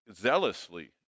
zealously